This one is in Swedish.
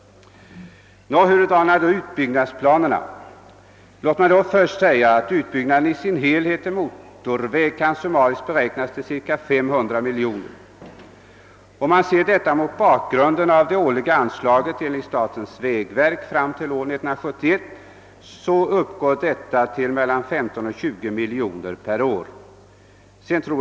Nå, hur är då utbyggnadsplanerna? Låt mig först säga att en utbyggnad av vägen i dess helhet till motorväg summariskt kan beräknas till cirka 500 miljoner kronor. Man bör se detta mot bakgrunden av det årliga anslaget enligt statens vägverk fram till år 1971; detta uppgår till mellan 15 och 20 miljoner kronor per år.